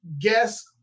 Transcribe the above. guess